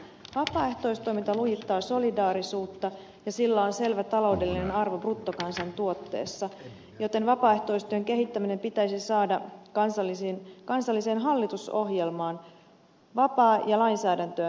vapaaehtoistoiminta lujittaa solidaarisuutta ja sillä on selvä taloudellinen arvo bruttokansantuotteessa joten vapaaehtoistyön kehittäminen pitäisi saada kansalliseen hallitusohjelmaan ja lainsäädäntöön